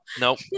Nope